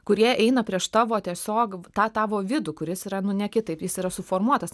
kurie eina prieš tavo tiesiog tą tavo vidų kuris yra nu ne kitaip jis yra suformuotas